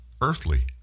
earthly